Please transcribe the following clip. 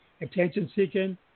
attention-seeking